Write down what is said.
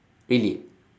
really